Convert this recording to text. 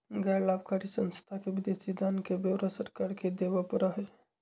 गैर लाभकारी संस्था के विदेशी दान के ब्यौरा सरकार के देवा पड़ा हई